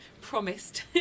promised